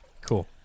Cool